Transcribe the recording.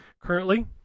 currently